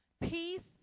Peace